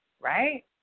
right